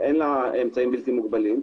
אין לה אמצעים בלתי מוגבלים,